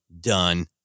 done